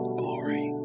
glory